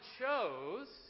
chose